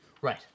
Right